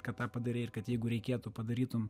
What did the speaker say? kad tą padarei ir kad jeigu reikėtų padarytum